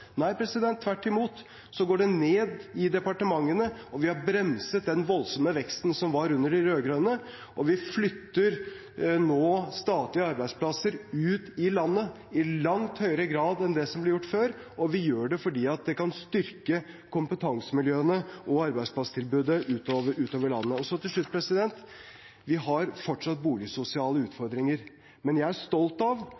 Nei, tvert imot går det ned i departementene. Vi har bremset den voldsomme veksten som var under de rød-grønne. Vi flytter nå statlige arbeidsplasser ut i landet i langt høyere grad enn det som ble gjort før, og vi gjør det fordi det kan styrke kompetansemiljøene og arbeidsplasstilbudet utover landet. Til slutt: Vi har fortsatt boligsosiale utfordringer, men jeg er stolt av at det er langt færre bostedsløse i dag, særlig barn, og jeg er stolt av